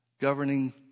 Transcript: governing